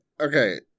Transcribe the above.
Okay